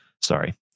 sorry